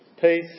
Peace